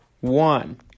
one